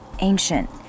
ancient